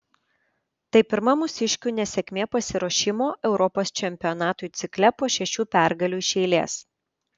tai pirma mūsiškių nesėkmė pasiruošimo europos čempionatui cikle po šešių pergalių iš eilės